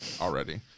already